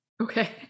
Okay